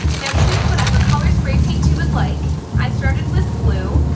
now choose whatever color spray-paint you would like i started with blue,